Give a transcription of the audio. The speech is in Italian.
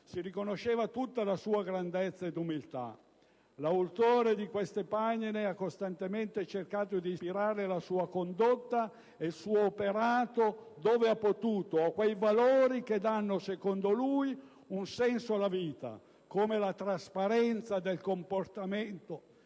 si riconoscevano la sua grandezza ed umiltà. L'autore di queste pagine ha costantemente cercato di ispirare la sua condotta ed il suo operato, dove ha potuto, a quei valori che danno - a suo avviso - un senso alla vita, come la trasparenza del comportamento,